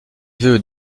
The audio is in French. vœux